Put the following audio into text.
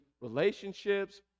relationships